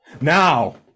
Now